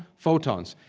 photons.